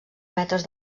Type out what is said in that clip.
metres